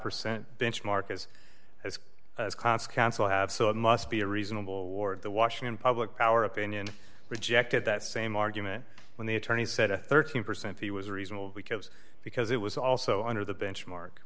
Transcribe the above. percent benchmark is as a consequence will have so it must be a reasonable ward the washington public power opinion rejected that same argument when the attorney said a thirteen percent fee was reasonable because because it was also under the benchmark